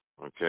Okay